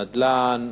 נדל"ן,